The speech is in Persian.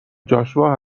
جاشوا